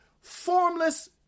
formless